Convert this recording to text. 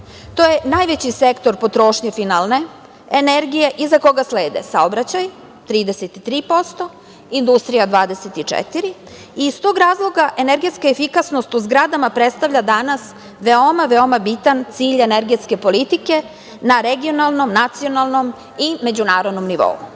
To je najveći sektor potrošnje finalne energije iza koga slede saobraćaj 33%, industrija 24%. Iz tog razloga energetska efikasnost u zgradama predstavlja danas veoma, veoma bitan cilj energetske politike na regionalnom, nacionalnom i međunarodnom nivou. Zelena